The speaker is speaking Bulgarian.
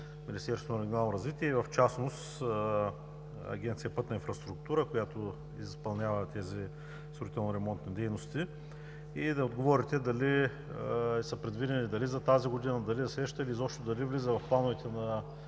Министерството на регионалното развитие и в частност Агенция „Пътна инфраструктура“, която изпълнява тези строително-ремонтни дейности. Да отговорите дали са предвидени – дали за тази година, дали за следващата, или изобщо: дали влиза в плановете на